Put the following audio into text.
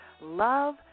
love